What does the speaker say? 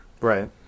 Right